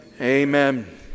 Amen